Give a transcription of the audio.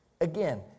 Again